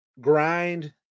grind